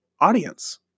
audience